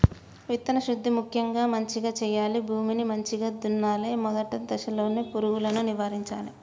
విత్తన శుద్ధి ముక్యంగా మంచిగ చేయాలి, భూమిని మంచిగ దున్నలే, మొదటి దశలోనే పురుగులను నివారించాలే